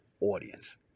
audience